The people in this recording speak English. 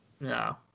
No